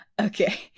okay